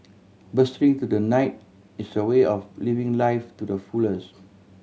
bursting through the night is a way of living life to the fullest